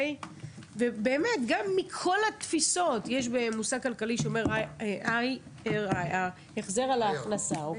יש מושג כלכלי IRA שאומר החזר על ההכנסה,